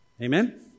Amen